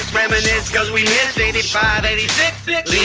reminisce cause we missed eighty five, eighty six.